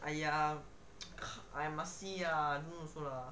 !aiya! I must see ah I don't know also lah